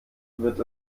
wird